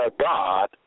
God